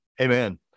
Amen